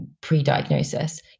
pre-diagnosis